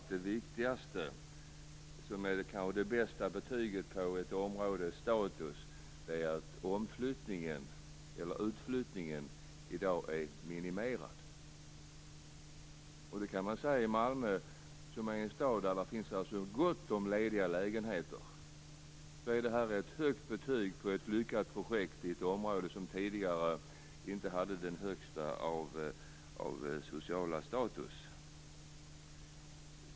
Men det viktigaste - det kanske bästa betyget på ett områdes status - är framför allt att utflyttningen i dag är minimerad. I Malmö, som är en stad där det finns gott om lediga lägenheter, är det ett högt betyg på ett lyckat projekt i ett område som tidigare inte hade den högsta sociala statusen.